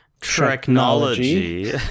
technology